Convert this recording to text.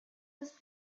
was